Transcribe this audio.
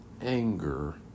anger